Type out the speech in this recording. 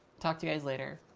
talk to you guys later.